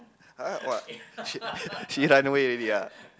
uh what she she run away already ah